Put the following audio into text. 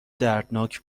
دردناک